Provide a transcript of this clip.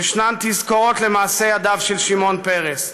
ישנן תזכורות למעשי ידיו של שמעון פרס.